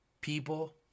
People